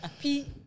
Puis